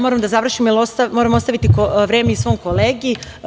Moram da završim, da bih ostavila vreme i svom kolegi.